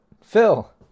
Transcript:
Phil